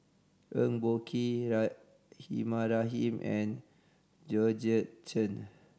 Eng Boh Kee Rahimah Rahim and Georgette Chen